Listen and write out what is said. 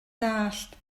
deall